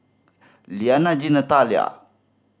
Lianna Jean Nathalia